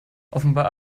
offenbar